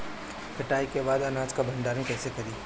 कटाई के बाद अनाज का भंडारण कईसे करीं?